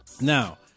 Now